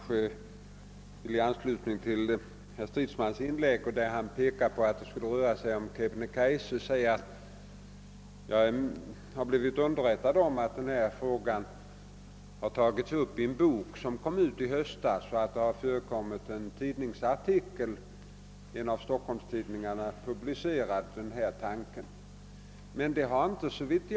Herr talman! Herr Stridsman sade i sitt inlägg att det rör sig om Kebnekaise. Jag har blivit underrättad om att frågan om en nationalpark har tagits upp i en bok som kom ut i höstas och att en av stockholmstidningarna publicerat en artikel vari denna tanke framförts.